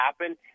happen